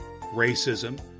racism